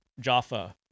Jaffa